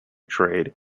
trade